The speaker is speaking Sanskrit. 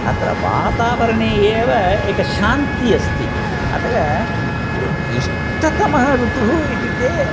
अत्र वातावरणे एव एका शान्तिः अस्ति अतः इष्टतमः ऋतुः इत्युक्ते